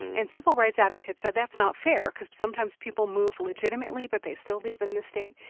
and civil rights advocates said that's not fair because sometimes people move legitimately but they still live in the state.